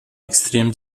extrem